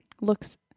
looks